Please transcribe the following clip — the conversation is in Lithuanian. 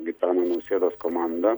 gitano nausėdos komanda